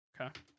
okay